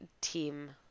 team